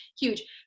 Huge